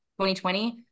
2020